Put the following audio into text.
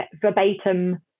verbatim